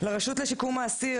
לרשות לשיקום האסיר,